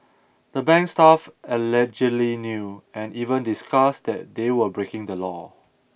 the bank's staff allegedly knew and even discussed that they were breaking the law